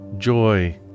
Joy